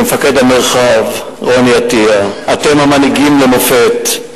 למפקד המרחב רוני עטיה, אתם המנהיגים למופת,